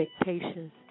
Expectations